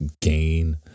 gain